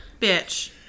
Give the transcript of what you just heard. bitch